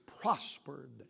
prospered